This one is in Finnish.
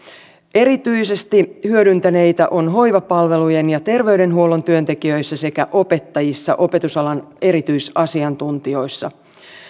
erityisesti hyödyntäneitä on hoivapalvelujen ja terveydenhuollon työntekijöissä sekä opettajissa opetusalan erityisasiantuntijoissa